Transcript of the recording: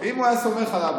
אם הוא היה סומך עליו,